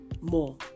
more